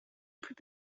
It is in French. plus